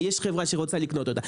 ויש חברה שרוצה לקנות אותה.